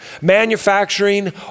Manufacturing